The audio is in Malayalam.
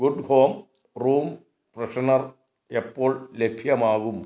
ഗുഡ് ഹോം റൂം ഫ്രെഷ്നർ എപ്പോൾ ലഭ്യമാകും